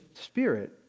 spirit